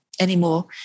anymore